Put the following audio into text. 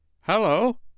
Hello